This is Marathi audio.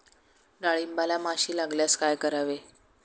डाळींबाला माशी लागल्यास काय करावे?